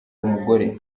mugore